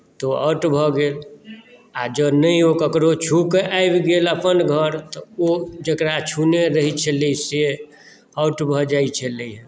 out भऽ गेल आ जँ नहि ओ ककरो छू कऽ आबि गेल अपन घर तऽ ओ जेकरा छूने रहैत छलै से आउट भऽ जाइत छलै हेँ